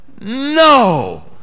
no